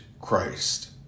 Christ